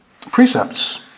precepts